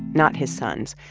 not his son's,